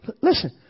listen